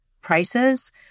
prices